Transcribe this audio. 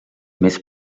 més